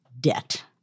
debt